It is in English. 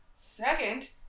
second